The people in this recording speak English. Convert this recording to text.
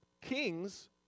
kings